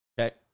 Okay